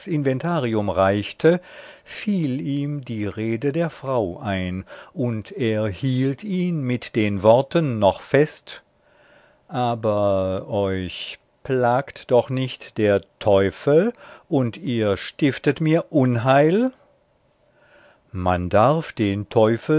inventarium reichte fiel ihm die rede der frau ein und er hielt ihn mit den worten noch fest aber euch plagt doch nicht der teufel und ihr stiftet mir unheil man darf den teufel